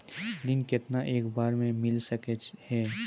ऋण केतना एक बार मैं मिल सके हेय?